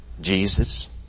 Jesus